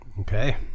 Okay